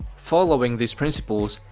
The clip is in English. following these principles,